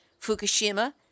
Fukushima